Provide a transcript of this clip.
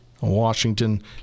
Washington